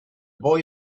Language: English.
boy